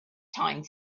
time